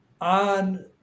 on